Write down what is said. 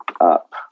up